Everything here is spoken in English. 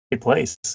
place